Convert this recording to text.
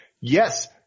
yes